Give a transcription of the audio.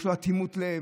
יש לו אטימות לב.